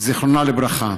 זיכרונה לברכה.